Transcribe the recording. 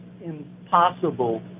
impossible